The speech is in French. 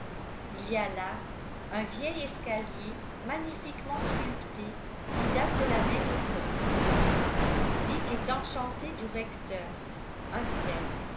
il y a là un vieil escalier magnifiquement sculpté qui date de la même époque dick est enchanté du recteur un prêtre